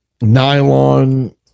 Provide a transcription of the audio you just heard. nylon